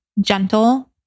gentle